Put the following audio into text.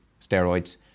steroids